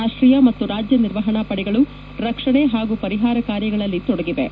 ರಾಷ್ಟೀಯ ಮತ್ತು ರಾಜ್ಯ ನಿರ್ವಹಣಾಪಡೆಗಳು ರಕ್ಷಣೆ ಹಾಗೂ ಪರಿಹಾರ ಕಾರ್ಯಗಳಲ್ಲಿ ತೊಡಗಿವೆ